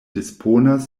disponas